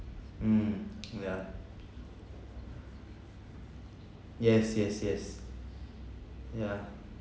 mm ya yes yes yes ya